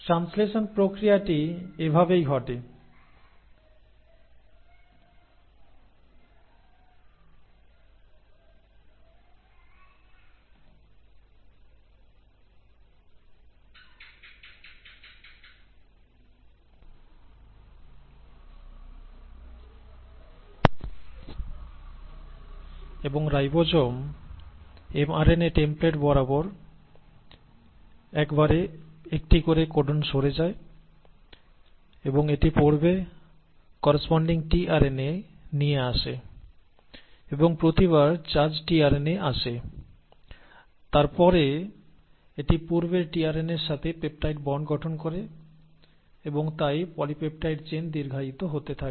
translation প্রক্রিয়াটি এভাবেই ঘটে এবং রাইবোজোম এমআরএনএ টেম্পলেট বরাবর একবারে একটি করে কোডন সরে যায় এবং এটি পড়বে করেসপন্ডিং টিআরএনএ নিয়ে আসে এবং প্রতিবার চার্জড টিআরএনএ আসে তারপরে এটি পূর্বের টিআরএনএর সাথে পেপটাইড বন্ড গঠন করে এবং তাই পলিপেপটাইড চেইন দীর্ঘায়িত হতে থাকে